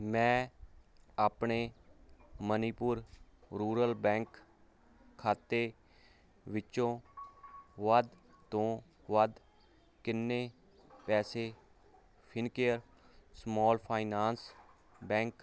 ਮੈਂ ਆਪਣੇ Manipur rural bank ਖਾਤੇ ਵਿੱਚੋਂ ਵੱਧ ਤੋਂ ਵੱਧ ਕਿੰਨੇ ਪੈਸੇ ਫਿਨਕੇਅਰ ਸਮਾਲ ਫਾਈਨਾਂਸ ਬੈਂਕ